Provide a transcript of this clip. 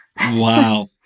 Wow